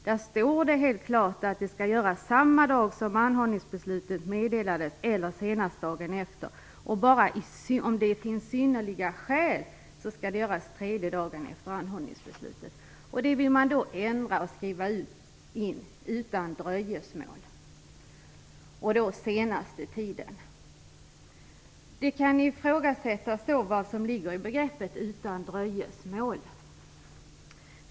Där står det helt klart att det skall göras samma dag som anhållningsbeslutet meddelas eller senast dagen efter. Bara om det finns synnerliga skäl skall det göras tredje dagen efter anhållningsbeslutet. Detta vill man då ändra och i stället skriva in att det skall ske utan dröjsmål. Frågan är då vad som ligger i begreppet utan dröjsmål.